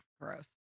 gross